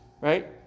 right